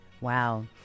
Wow